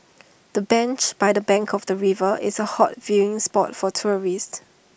the bench by the bank of the river is A hot viewing spot for tourists